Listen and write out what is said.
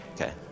Okay